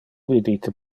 vidite